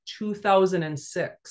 2006